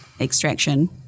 extraction